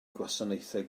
gwasanaethau